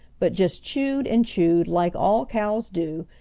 but just chewed and chewed like all cows do,